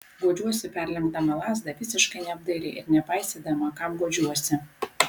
guodžiuosi perlenkdama lazdą visiškai neapdairiai ir nepaisydama kam guodžiuosi